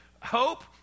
hope